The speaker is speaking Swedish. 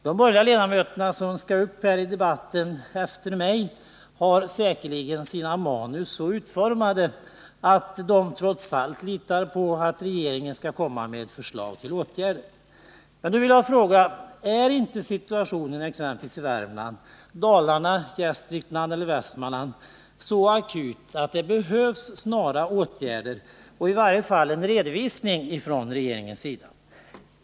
De borgerliga ledamöter som skall upp i debatten efter mig har säkerligen sina manus utformade på ett sådant sätt att det framgår att de trots allt litar på att regeringen skall komma med förslag till åtgärder. Men här vill jag fråga: Är inte situationen i exempelvis Värmland, Dalarna, Gästrikland eller Västmanland så akut att det behövs snara åtgärder och i varje fall en redovisning från regeringens sida?